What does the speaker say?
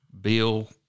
Bill